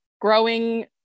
Growing